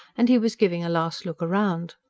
and he was giving a last look round.